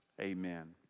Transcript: Amen